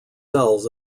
cells